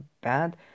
bad